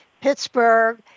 Pittsburgh